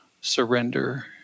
surrender